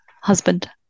husband